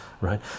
right